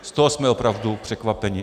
Z toho jsme opravdu překvapeni.